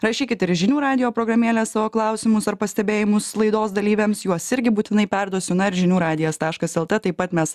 rašykite ir į žinių radijo programėlę savo klausimus ar pastebėjimus laidos dalyviams juos irgi būtinai perduosiu na ir žinių radijas taškas el t taip pat mes